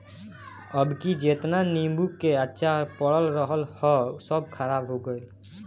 अबकी जेतना नीबू के अचार पड़ल रहल हअ सब खराब हो गइल